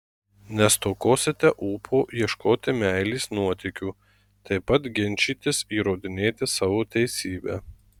nestokosite ūpo ieškoti meilės nuotykių taip pat ginčytis įrodinėti savo teisybę